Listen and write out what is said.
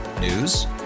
News